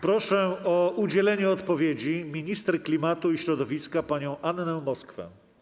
Proszę o udzielenie odpowiedzi minister klimatu i środowiska panią Annę Moskwę.